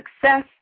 success